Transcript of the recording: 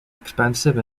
expensive